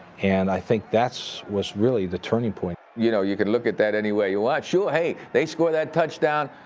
and i think that was really the turning point. you know you can look at that any way you want. sure, hey, they score that touchdown,